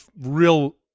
real